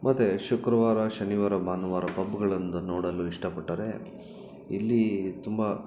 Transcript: ಮತ್ತು ಶುಕ್ರುವಾರ ಶನಿವಾರ ಭಾನುವಾರ ಪಬ್ಗಳಂದು ನೋಡಲು ಇಷ್ಟಪಟ್ಟರೆ ಇಲ್ಲಿ ತುಂಬ